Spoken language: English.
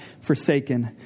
forsaken